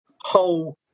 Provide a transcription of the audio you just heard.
whole